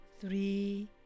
three